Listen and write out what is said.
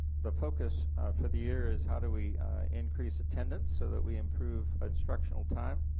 the focus for the year is how do we increase attendance so that we improve instructional time,